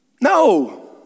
No